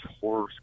horror